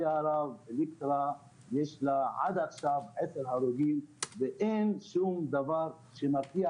הרב עד עכשיו יש להם עשרה הרוגים ואין שום דבר שמפריע